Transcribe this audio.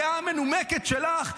הדעה המנומקת שלך,